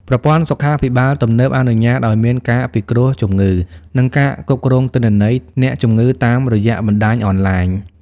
ប្រព័ន្ធសុខាភិបាលទំនើបអនុញ្ញាតឱ្យមានការពិគ្រោះជំងឺ និងការគ្រប់គ្រងទិន្នន័យអ្នកជំងឺតាមរយៈបណ្ដាញអនឡាញ។